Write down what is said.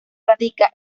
radica